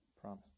promise